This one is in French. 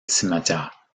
cimetière